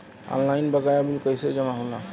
Online बकाया bill कैसे जमा होला?